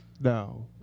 no